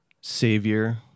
savior